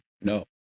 No